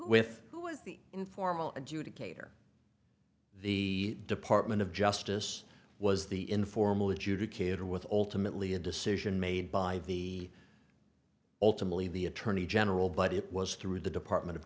with the informal educator the department of justice was the informal adjudicated with ultimately a decision made by the ultimately the attorney general but it was through the department of